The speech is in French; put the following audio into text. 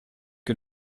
que